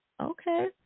Okay